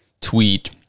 tweet